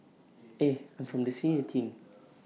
eh I'm from the senior team